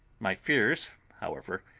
my fears, however,